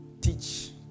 teach